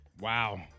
wow